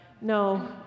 no